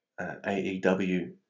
AEW